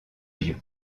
vieux